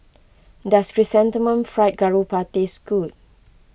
does Chrysanthemum Fried Garoupa taste good